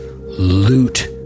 loot